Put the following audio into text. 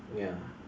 ya